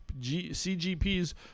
CGP's